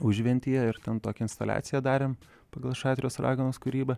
užventyje ir ten tokią instaliaciją darėm pagal šatrijos raganos kūrybą